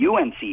UNC